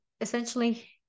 essentially